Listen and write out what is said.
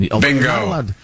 Bingo